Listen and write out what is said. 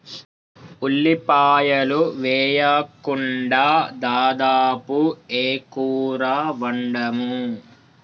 ఉల్లిపాయలు వేయకుండా దాదాపు ఏ కూర వండము